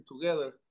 together